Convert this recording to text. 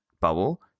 bubble